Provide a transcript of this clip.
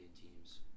teams